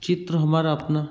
चित्र हमारा अपना